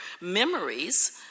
memories